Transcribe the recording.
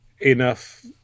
enough